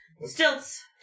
Stilts